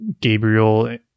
Gabriel